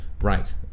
right